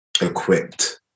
equipped